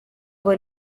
ngo